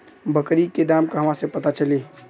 बकरी के दाम कहवा से पता चली?